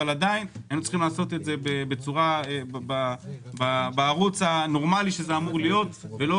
אבל עדיין היינו צריכים לעשות את זה בערוץ הנורמלי שזה אמור להיות ולא